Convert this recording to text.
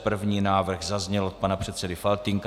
První návrh zazněl od pana předsedy Faltýnka.